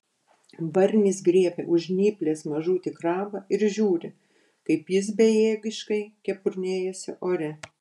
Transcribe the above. barnis griebia už žnyplės mažutį krabą ir žiūri kaip jis bejėgiškai kepurnėjasi ore